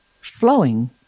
flowing